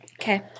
Okay